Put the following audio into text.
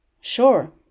Sure